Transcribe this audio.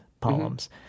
poems